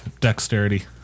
Dexterity